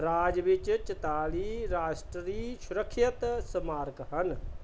ਰਾਜ ਵਿੱਚ ਚੁਤਾਲੀ ਰਾਸ਼ਟਰੀ ਸੁਰੱਖਿਅਤ ਸਮਾਰਕ ਹਨ